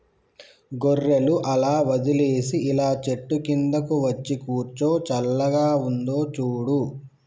గొర్రెలు అలా వదిలేసి ఇలా చెట్టు కిందకు వచ్చి కూర్చో చల్లగా ఉందో చూడు